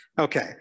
Okay